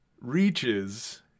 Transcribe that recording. reaches